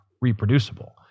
reproducible